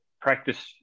practice